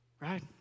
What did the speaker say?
Right